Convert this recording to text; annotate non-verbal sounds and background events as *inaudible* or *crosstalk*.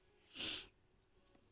*breath*